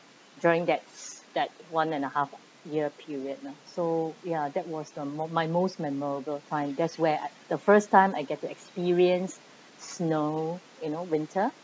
drawing debts that one and a half year period lah so ya that was the mo~ my most memorable time that's when I the first time I get to experience snow in a winter